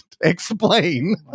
explain